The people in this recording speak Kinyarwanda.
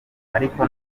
ariko